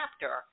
chapter